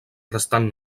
restant